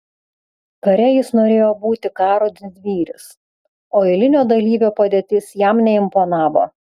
kare jis norėjo būti karo didvyris o eilinio dalyvio padėtis jam neimponavo